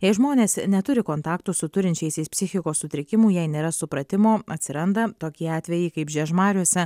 jei žmonės neturi kontaktų su turinčiaisiais psichikos sutrikimų jei nėra supratimo atsiranda tokie atvejai kaip žiežmariuose